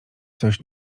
coś